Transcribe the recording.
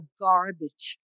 garbage